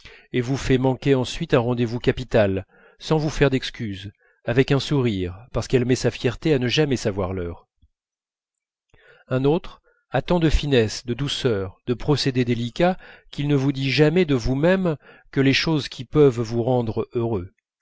et vous fait manquer ensuite un rendez-vous capital sans vous faire d'excuses avec un sourire parce qu'elle met sa fierté à ne jamais savoir l'heure un autre a tant de finesse de douceur de procédés délicats qu'il ne vous dit jamais de vous-même que les choses qui peuvent vous rendre heureux